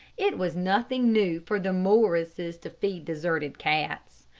it was nothing new for the morrises to feed deserted cats.